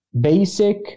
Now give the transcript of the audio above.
basic